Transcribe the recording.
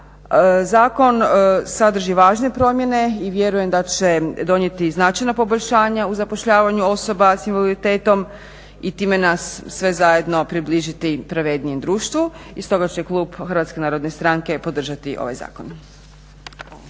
Zakon sadrži važne promjene i vjerujem da će donijeti značajna poboljšanja u zapošljavanju osoba s invaliditetom i time nas sve zajedno približiti pravednijem društvu i stoga će klub HNS-a podržati ovaj zakon.